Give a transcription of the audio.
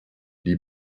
die